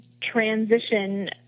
transition